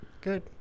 Good